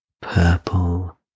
purple